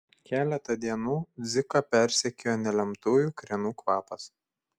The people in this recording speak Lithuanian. keletą dienų dziką persekiojo nelemtųjų krienų kvapas